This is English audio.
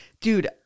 Dude